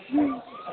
हूँ